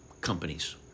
companies